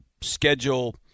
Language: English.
schedule